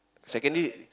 secondary